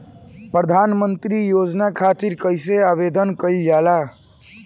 प्रधानमंत्री योजना खातिर कइसे आवेदन कइल जाला?